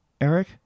Eric